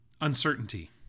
Uncertainty